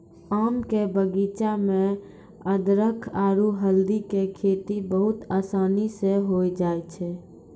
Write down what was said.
आम के बगीचा मॅ अदरख आरो हल्दी के खेती बहुत आसानी स होय जाय छै